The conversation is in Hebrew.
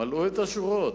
מלאו את השורות.